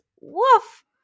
woof